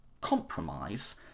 compromise